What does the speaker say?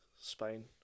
Spain